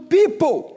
people